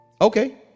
Okay